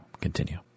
continue